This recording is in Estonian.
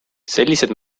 sellised